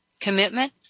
commitment